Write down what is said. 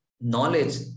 knowledge